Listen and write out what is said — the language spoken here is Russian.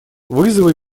вызовы